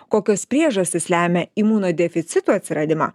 kokios priežastys lemia imunodeficito atsiradimą